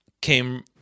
Came